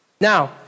Now